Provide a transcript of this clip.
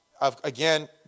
Again